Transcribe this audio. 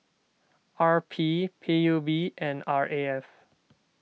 R P P U B and R A F